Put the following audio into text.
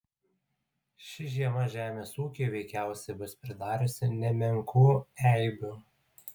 ši žiema žemės ūkiui veikiausiai bus pridariusi nemenkų eibių